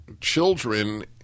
children